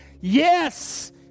Yes